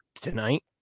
tonight